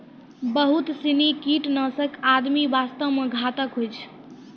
बहुत सीनी कीटनाशक आदमी वास्तॅ भी घातक होय छै